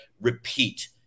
repeat